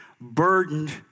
burdened